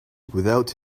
without